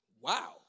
wow